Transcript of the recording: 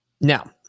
Now